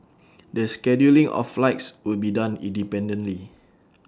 the scheduling of flights will be done independently